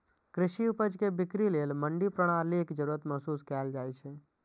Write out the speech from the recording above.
कृषि उपज के बिक्री लेल मंडी प्रणालीक जरूरत महसूस कैल जाइ छै